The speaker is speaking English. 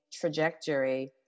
trajectory